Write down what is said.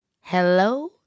Hello